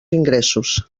ingressos